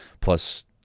plus